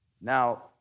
Now